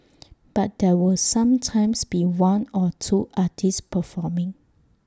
but there will sometimes be one or two artists performing